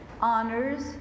honors